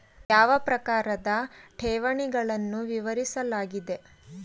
ಯಾವ ಪ್ರಕಾರದ ಠೇವಣಿಗಳನ್ನು ವಿವರಿಸಲಾಗಿದೆ?